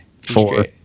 four